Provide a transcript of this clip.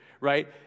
right